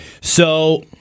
So-